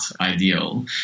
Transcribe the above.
ideal